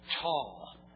tall